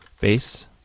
base